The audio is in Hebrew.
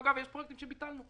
ואגב יש פרויקטים שביטלנו.